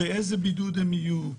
באיזה בידוד הם יהיו.